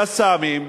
"קסאמים",